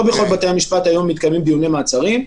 לא בכל בתי המשפט היום מתקיימים דיוני מעצרים.